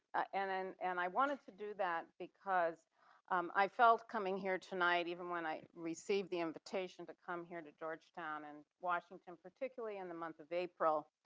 and and and i wanted to do that because i felt coming here tonight, even when i received the invitation to come here to georgetown, and washington, particularly in the month of april,